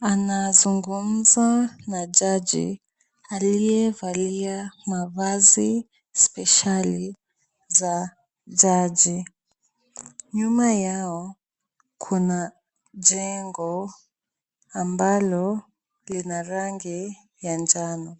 anazungumza na jaji aliyevalia mavazi spesheli za jaji. Nyuma yao kuna jengo ambalo lina rangi ya njano.